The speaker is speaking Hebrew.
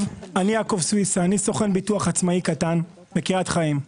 אני סוכן ביטוח עצמאי קטן מקריית חיים.